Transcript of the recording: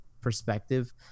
perspective